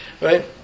right